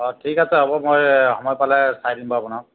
অঁ ঠিক আছে হ'ব মই সময় পালে চাই দিম বাৰু আপোনাক